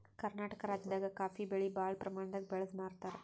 ಕರ್ನಾಟಕ್ ರಾಜ್ಯದಾಗ ಕಾಫೀ ಬೆಳಿ ಭಾಳ್ ಪ್ರಮಾಣದಾಗ್ ಬೆಳ್ದ್ ಮಾರ್ತಾರ್